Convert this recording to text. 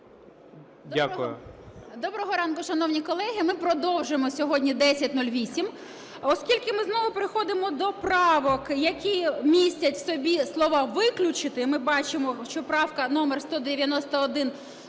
Доброго ранку, шановні колеги. Ми продовжуємо сьогодні 1008. Оскільки ми знову переходимо до правок, які містять в собі слова "виключити", і ми бачимо, що правка номер 191